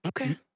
okay